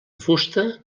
fusta